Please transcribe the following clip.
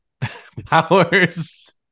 powers